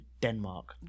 Denmark